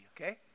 okay